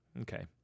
Okay